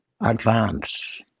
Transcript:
advance